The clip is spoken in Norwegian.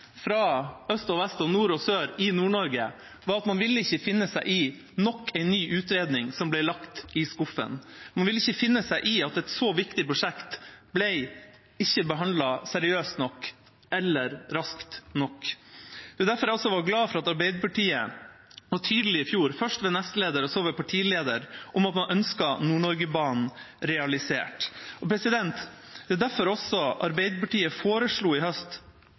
fra øst, vest, nord og sør i Nord-Norge var at man ikke ville finne seg i nok en ny utredning som ble lagt i skuffen. Man ville ikke finne seg i at et så viktig prosjekt ikke ble behandlet seriøst nok eller raskt nok. Det er derfor jeg også er glad for at Arbeiderpartiet var tydelig i fjor, først ved nestlederen og så ved partilederen, om at man ønsker Nord-Norge-banen realisert. Det er også derfor Arbeiderpartiet i høst foreslo en egen konseptvalgutredning for Nord-Norge-banen, som skulle være ferdig i